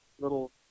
little